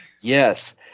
Yes